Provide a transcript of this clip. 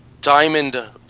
Diamond